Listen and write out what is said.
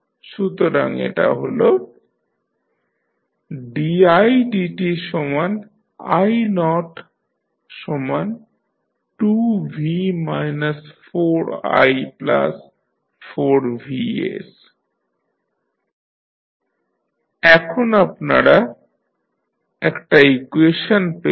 সুতরাং এটা হল didti2v 4i4vs এখন আপনারা একটা ইকুয়েশন পেলেন